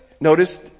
notice